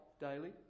daily